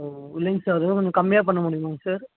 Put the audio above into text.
ஓ இல்லைங்க சார் அதை விட கொஞ்சம் கம்மியாக பண்ண முடியுமாங்க சார்